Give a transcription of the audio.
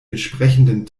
entsprechenden